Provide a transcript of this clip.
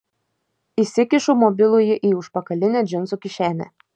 įsikišu mobilųjį į užpakalinę džinsų kišenę